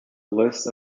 list